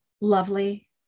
lovely